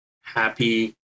happy